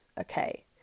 Okay